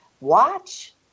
Watch